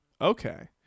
Okay